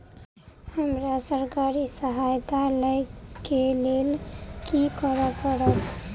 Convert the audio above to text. हमरा सरकारी सहायता लई केँ लेल की करऽ पड़त?